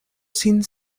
sin